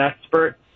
expert